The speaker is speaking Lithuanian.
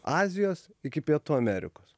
azijos iki pietų amerikos